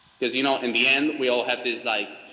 cause you know, in the end we all have these, like